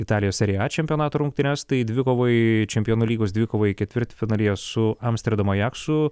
italijos seri a čempionato rungtynes tai dvikovoj čempionų lygos dvikovoj ketvirtfinalyje su amsterdamo ajaksu